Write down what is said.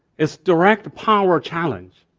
it's direct power challenge.